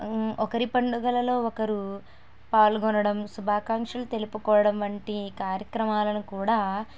ఒకరి పండుగలలో ఒకరు పాల్గొనడం శుభాకాంక్షలు తెలుపుకోవడం వంటి కార్యక్రమాలను కూడా